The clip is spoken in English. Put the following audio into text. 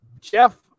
Jeff